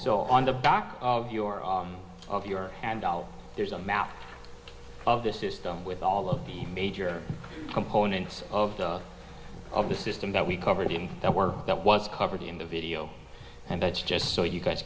so on the back of your of your and all there's i'm out of the system with all of the major components of the of the system that we covered in that work that was covered in the video and that's just so you guys